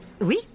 oui